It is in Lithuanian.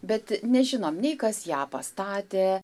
bet nežinom nei kas ją pastatė